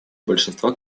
большинства